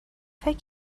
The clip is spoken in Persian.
فکر